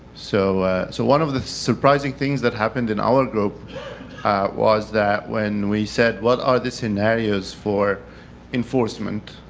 so so one of the surprising things that happened in our group was that, when we said, what are the scenarios for enforcement,